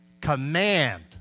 Command